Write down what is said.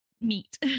meet